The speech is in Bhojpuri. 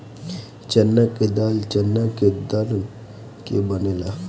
चना के दाल चना के दर के बनेला